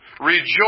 Rejoice